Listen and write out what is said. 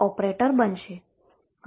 operator બનશે